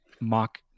mock